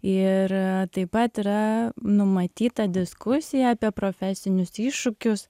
ir taip pat yra numatyta diskusija apie profesinius iššūkius